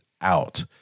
out